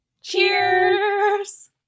Cheers